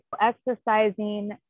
Exercising